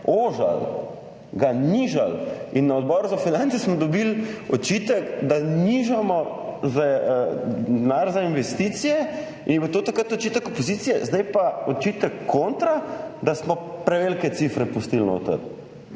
ožili, ga nižali. Na Odboru za finance smo dobili očitek, da nižamo denar za investicije in je bil to takrat očitek opozicije, zdaj je pa očitek kontra – da smo prevelike cifre pustili notri.